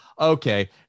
okay